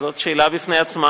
שזאת שאלה בפני עצמה,